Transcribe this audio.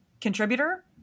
contributor